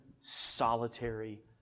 solitary